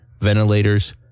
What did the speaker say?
ventilators